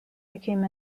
became